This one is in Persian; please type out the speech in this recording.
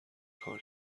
کار